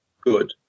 good